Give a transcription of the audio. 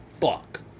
Fuck